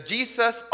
Jesus